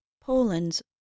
Poland's